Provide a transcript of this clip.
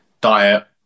diet